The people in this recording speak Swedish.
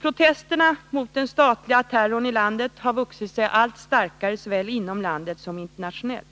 Protesterna mot den statliga terrorn i landet har vuxit sig allt starkare, såväl inom landet som internationellt.